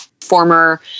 former